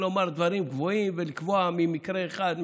לומר דברים גבוהים ולקבוע ממקרה אחד,